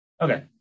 Okay